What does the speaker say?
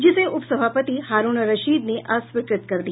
जिसे उप सभापति हारूण रशीद ने अस्वीकृत कर दिया